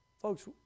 Folks